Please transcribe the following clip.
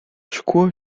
szkło